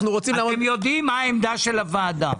אתם יודעים מה העמדה של הוועדה.